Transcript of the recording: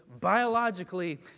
biologically